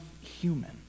human